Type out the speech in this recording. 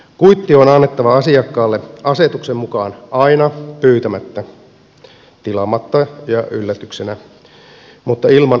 kuitti on annettava asiakkaalle asetuksen mukaan aina pyytämättä tilaamatta ja yllätyksenä mutta ilman asiakkaan pyyntöä